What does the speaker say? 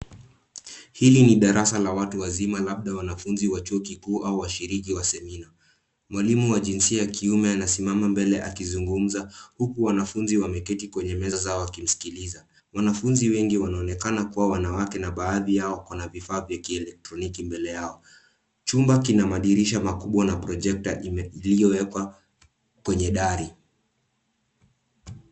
Hili ni darasa la watu wazima labda wanafunzi wa Chuo kikuu au washiriki wa semina. Mwalimu wa jinsia ya kiume anasimama mbele akizungumza huku wanafunzi wameketi kwenye meza wakimsikiliza. Wanafunzi wengi wanaonekana kuwa wanawake na baadhi yao wana vifaa vya kielektroniki mbele yao. Chumba kina madirisha makubwa na projekta iliyowekwa kwenye dari.